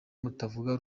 mutavuga